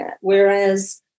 Whereas